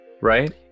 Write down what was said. right